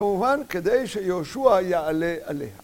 כמובן כדי שיהושע יעלה עליה.